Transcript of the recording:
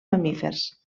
mamífers